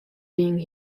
being